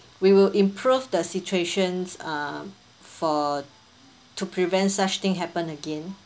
we will improve the situations um for to prevent such thing happen again